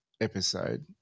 episode